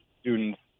students